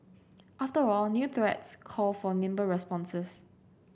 after all new threats call for nimble responses